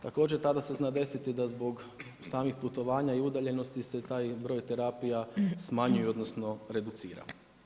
Također tada se zna desiti da zbog samih putovanja i udaljenosti se taj broj terapija smanjuje, odnosno reducira.